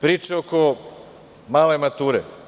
Priče oko male mature.